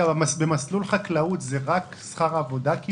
במסלול חקלאות זה רק שכר עבודה?